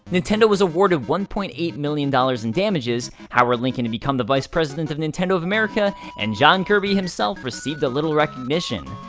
nintendo was awarded one point eight million dollars in damages, howard lincoln had become the vice president of nintendo of america, and john kirby himself received a little recognition.